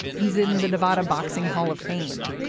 he's in the nevada boxing hall of fame.